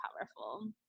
powerful